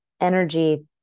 energy